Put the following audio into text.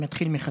אני מתחיל מחדש.